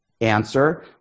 Answer